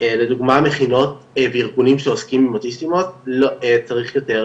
לדוגמה מכינות וארגונים שעוסקים עם אוטיסטים/ות צריך יותר